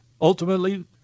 ultimately